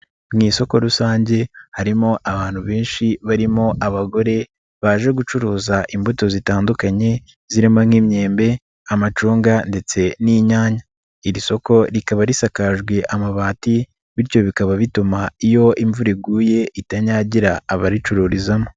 Mu isoko rusange harimo abantu benshi barimo abagore baje gucuruza imbuto zitandukanye zirimo nk'imyembe, amacunga ndetse n'inyanya, iri soko rikaba risakajwe amabati bityo bikaba bituma iyo imvura iguye itanyagira abaricururizamo.